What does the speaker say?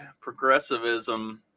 progressivism